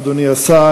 אדוני השר,